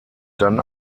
dann